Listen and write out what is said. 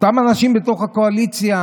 אותה אנשים בתוך הקואליציה,